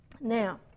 Now